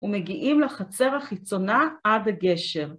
ומגיעים לחצר החיצונה עד הגשר.